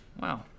wow